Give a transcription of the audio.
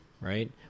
right